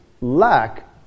lack